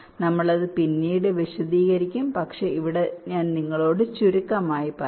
നമ്മൾ അത് പിന്നീട് വിശദീകരിക്കും പക്ഷേ ഇവിടെ ഞാൻ നിങ്ങളോട് ചുരുക്കമായി പറയാം